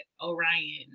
Orion